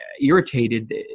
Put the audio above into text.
irritated